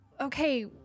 okay